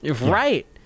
Right